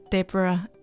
Deborah